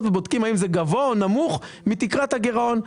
ובודקים האם זה גבוה או נמוך מתקרת הגירעון,